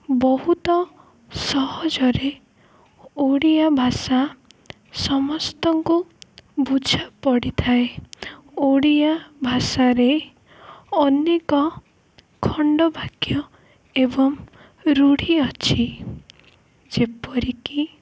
ବହୁତ ସହଜରେ ଓଡ଼ିଆ ଭାଷା ସମସ୍ତଙ୍କୁ ବୁଝା ପଡ଼ିଥାଏ ଓଡ଼ିଆ ଭାଷାରେ ଅନେକ ଖଣ୍ଡବାକ୍ୟ ଏବଂ ରୂଢ଼ି ଅଛି ଯେପରିକି